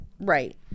Right